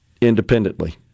independently